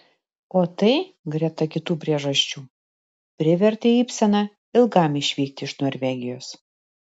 o tai greta kitų priežasčių privertė ibseną ilgam išvykti iš norvegijos